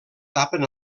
tapen